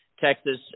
texas